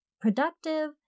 productive